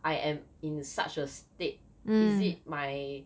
I am in such a state is it my